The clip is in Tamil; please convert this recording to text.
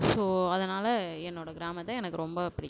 ஸோ அதனால் என்னோடய கிராமத்தை எனக்கு ரொம்ப பிடிக்கும்